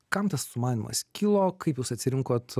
kam tas sumanymas kilo kaip jūs atsirinkot